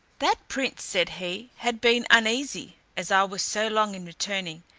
that prince said he had been uneasy, as i was so long in returning,